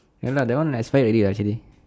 ya lah that one expired already [what] actually